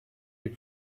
les